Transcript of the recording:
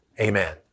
amen